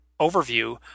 overview